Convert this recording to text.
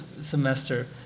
semester